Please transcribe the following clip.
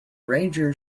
ranger